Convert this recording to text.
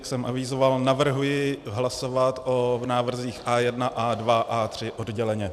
Jak jsem avizoval, navrhuji hlasovat o návrzích A1, A2, A3 odděleně.